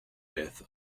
with